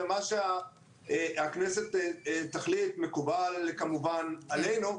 ומה שהכנסת תחליט מקובל כמובן עלינו.